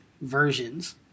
versions